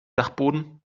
dachboden